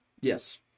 Yes